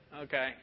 Okay